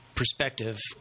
Perspective